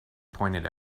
pointed